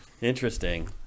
Interesting